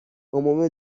عموم